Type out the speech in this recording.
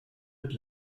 mit